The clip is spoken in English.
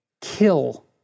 kill